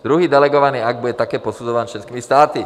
Druhý delegovaný akt bude také posuzován členskými státy.